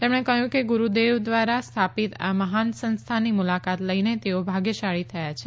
તેમણે કહયું કે ગુરુદેવ ધ્વારા સ્થાપિત આ મહાન સંસ્થાની મુલાકાત લઇને તેઓ ભાગ્યશાળી થયા છે